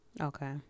Okay